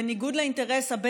בניגוד לאינטרס האזורי,